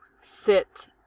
sit